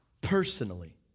personally